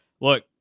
look